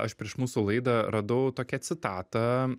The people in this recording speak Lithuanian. aš prieš mūsų laidą radau tokią citatą